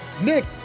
Nick